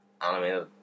animated